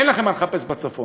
אין לכם מה לחפש בצפון.